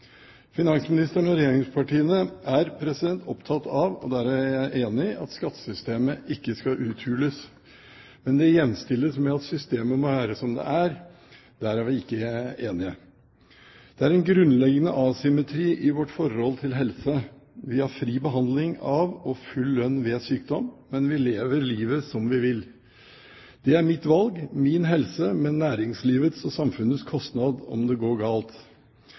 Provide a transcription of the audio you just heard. Finansministeren og regjeringspartiene er opptatt av, og der er jeg enig, at skattesystemet ikke skal uthules. Men det jevnstiller de med at systemet må være som det er, og der er vi ikke enige. Det er en grunnleggende asymmetri i vårt forhold til helse. Vi har fri behandling av og full lønn ved sykdom, men vi lever livet som vi vil. Det er mitt valg, min helse, men næringslivets og samfunnets kostnad om det går galt.